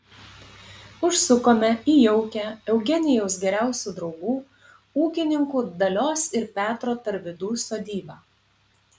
užsukome į jaukią eugenijaus geriausių draugų ūkininkų dalios ir petro tarvydų sodybą